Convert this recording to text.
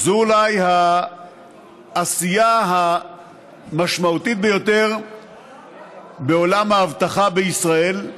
זו אולי העשייה המשמעותית ביותר בעולם האבטחה בישראל,